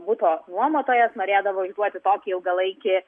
buto nuomotojas norėdavo išduoti tokį ilgalaikį